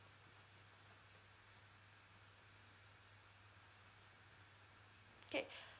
okay